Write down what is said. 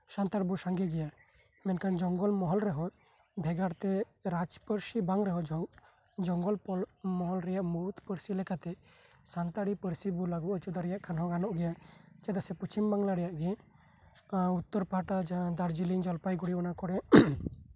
ᱥᱟᱱᱛᱟᱲ ᱵᱚᱱ ᱥᱟᱸᱜᱮ ᱜᱮᱭᱟ ᱢᱮᱱᱠᱷᱟᱱ ᱡᱚᱝᱜᱚᱞ ᱢᱚᱦᱚᱞ ᱨᱮᱫᱚ ᱵᱷᱮᱜᱟᱨᱛᱮ ᱨᱟᱡᱽ ᱯᱟᱹᱨᱥᱤ ᱵᱟᱝ ᱨᱮᱦᱚᱸ ᱡᱚᱝᱜᱚᱞ ᱢᱚᱦᱚᱞ ᱢᱩᱬᱩᱫ ᱨᱮᱭᱟᱜ ᱢᱩᱬᱩᱫ ᱯᱟᱹᱨᱥᱤ ᱞᱮᱠᱟᱛᱮ ᱥᱟᱱᱛᱟᱲᱤ ᱯᱟᱹᱨᱥᱤ ᱵᱚᱱ ᱞᱟᱹᱜᱩ ᱦᱚᱪᱚ ᱠᱟᱜ ᱨᱮᱦᱚᱸ ᱦᱩᱭᱩᱜ ᱜᱮᱭᱟ ᱪᱮᱫᱟᱜ ᱥᱮ ᱯᱚᱥᱪᱷᱤᱢ ᱵᱟᱝᱞᱟ ᱨᱮᱭᱟᱜᱜᱮ ᱩᱛᱛᱚᱨ ᱯᱟᱦᱴᱟ ᱫᱟᱨᱡᱤᱞᱤᱝ ᱡᱚᱞᱯᱟᱭᱜᱩᱲᱤ ᱚᱱᱟ ᱠᱚᱨᱮᱜ